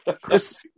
Chris